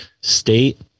state